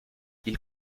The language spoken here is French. ils